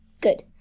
Good